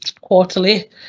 quarterly